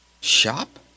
SHOP